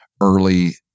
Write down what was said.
early